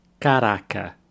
Caraca